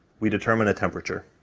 we determine a temperature.